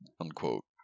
unquote